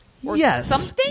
Yes